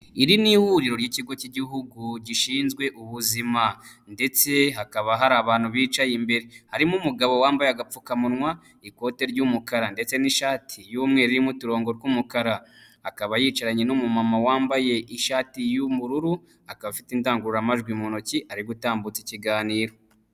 Iri ni huriro ry'ikigo cy'igihugu gishinzwe ubuzima ndetse hakaba hari abantu bicaye imbere. Harimo umugabo wambaye agapfukamunwa, ikote ry'umukara ndetse n'ishati y'umweru irimo umuturongo tw'umukara, akaba yicaranye n'umumama wambaye ishati y'ubururu, akaba afite indangururamajwi mu ntoki ari gutambutsa ikiganiro.